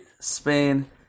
Spain